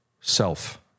self